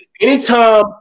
anytime